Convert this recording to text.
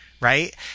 right